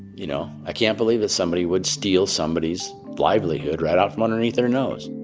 you know, i can't believe that somebody would steal somebody's livelihood right out from underneath their nose